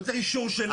לא צריך אישור שלי.